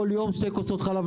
כל יום, שתי כוסות חלב.